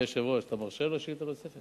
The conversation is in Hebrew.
אדוני היושב-ראש, אתה מרשה לו שאילתא נוספת?